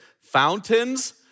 fountains